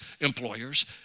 employers